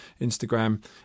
instagram